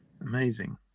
Amazing